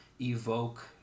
evoke